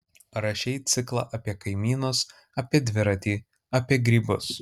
rašei ciklą apie kaimynus apie dviratį apie grybus